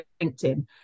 LinkedIn